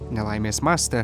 nelaimės mastą